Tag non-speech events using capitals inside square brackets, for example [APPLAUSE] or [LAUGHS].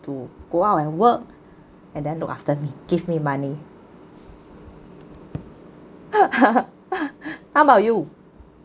to go out and work and then look after me give me money [LAUGHS] how about you